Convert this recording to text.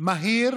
מהיר